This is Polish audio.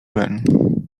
ben